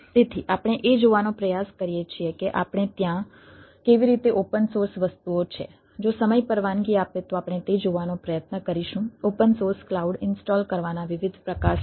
તેથી આપણે એ જોવાનો પ્રયાસ કરીએ છીએ કે આપણે ત્યાં કેવી રીતે ઓપન સોર્સ વસ્તુઓ છે જો સમય પરવાનગી આપે તો આપણે તે જોવાનો પ્રયત્ન કરીશું ઓપન સોર્સ ક્લાઉડ ઇન્સ્ટોલ કરવાના વિવિધ પ્રકાર શું છે